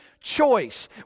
choice